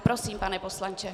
Prosím pane poslanče.